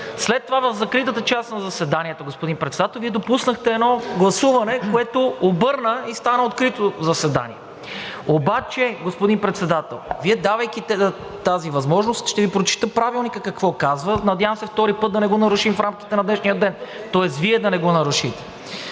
След това в закритата част на заседанието, господин Председател, Вие допуснахте едно гласуване, което обърна и стана открито заседание. Обаче, господин Председател, Вие, давайки тази възможност – ще Ви прочета Правилника какво казва. Надявам се втори път да не го нарушим в рамките на днешния ден, тоест Вие да не го нарушите.